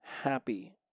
happy